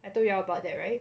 I told you all about that [right]